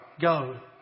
Go